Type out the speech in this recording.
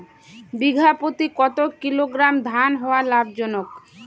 বিঘা প্রতি কতো কিলোগ্রাম ধান হওয়া লাভজনক?